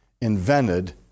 invented